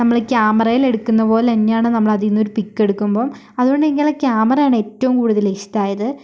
നമ്മൾ ക്യാമറയിലെടുക്കുന്ന പോലെ തന്നെയാണ് നമ്മളതിൽനിന്ന് ഒരു പിക്ക് എടുക്കുമ്പോൾ അതുകൊണ്ട് തന്നെ എനിക്കാ ക്യാമറയാണ് ഏറ്റവും കൂടുതൽ ഇഷ്ടായത്